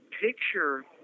picture